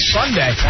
Sunday